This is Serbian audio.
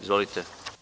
Izvolite.